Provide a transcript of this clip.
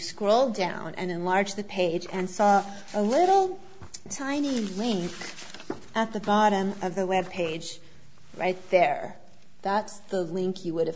scroll down and enlarge the page and saw a little tiny grain at the bottom of the web page right there that the link you would have